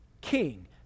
king